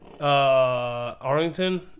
Arlington